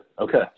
okay